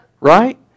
right